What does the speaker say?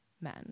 men